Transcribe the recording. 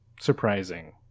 surprising